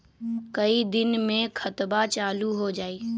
कई दिन मे खतबा चालु हो जाई?